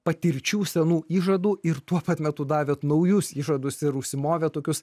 patirčių senų įžadų ir tuo pat metu davėte naujus įžadus ir užsimovę tokius